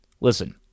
Listen